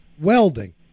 Welding